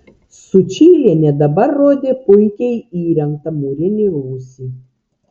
sučylienė dabar rodė puikiai įrengtą mūrinį rūsį